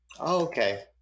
okay